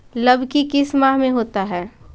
लव की किस माह में होता है?